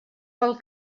pel